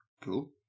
Cool